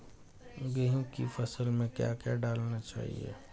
गेहूँ की फसल में क्या क्या डालना चाहिए?